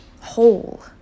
whole